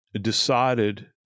decided